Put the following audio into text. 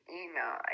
email